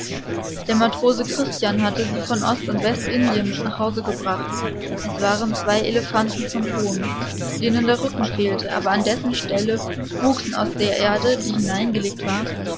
der matrose christian hatte sie von ost und westindien mit nach hause gebracht es waren zwei elefanten von thon denen der rücken fehlte aber an dessen stelle wuchsen aus der erde die hineingelegt war